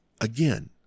Again